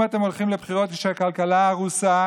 אם אתם הולכים לבחירות כשהכלכלה הרוסה